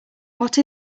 what